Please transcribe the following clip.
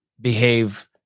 behave